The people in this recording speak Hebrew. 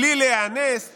בלי להיאנס,